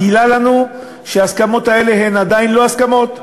גילה לנו שההסכמות האלה הן עדיין לא הסכמות.